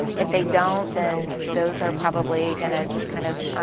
if they don't, then those are probably going ah just kind of,